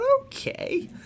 okay